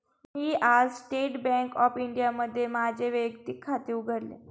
मी आज state bank of इंडियामध्ये माझे वैयक्तिक खाते उघडले